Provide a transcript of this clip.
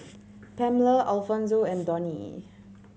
Pamela Alfonso and Donnie